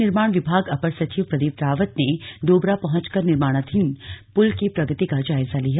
लोक निर्माण विभाग अपर सचिव प्रदीप रावत ने डोबरा पहंचकर निर्माणाधीन पुल की प्रगति का जायजा लिया